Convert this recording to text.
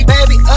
Baby